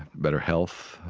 better health,